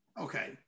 Okay